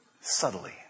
subtly